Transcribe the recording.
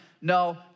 No